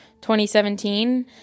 2017